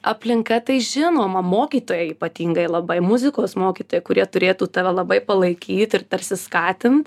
aplinka tai žinoma mokytojai ypatingai labai muzikos mokytojai kurie turėtų tave labai palaikyt ir tarsi skatint